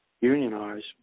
unionize